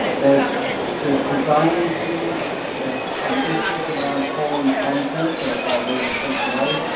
there's there's design issues, there's um issues around forum content, that we will take away,